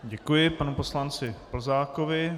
Děkuji panu poslanci Plzákovi.